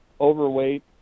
overweight